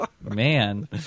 Man